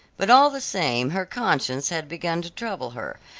but all the same her conscience had begun to trouble her,